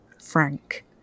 Frank